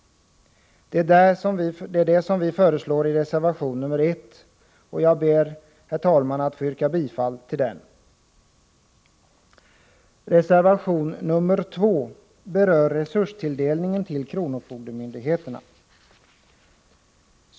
Detta föreslår vi i reservation nr 1. Jag ber, herr talman, att få yrka bifall till den. Reservation nr 2 berör resurstilldelningen till kronofogdemyndigheterna.